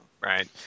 Right